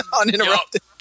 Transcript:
uninterrupted